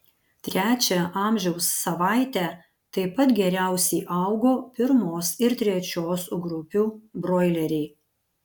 trečią amžiaus savaitę taip pat geriausiai augo pirmos ir trečios grupių broileriai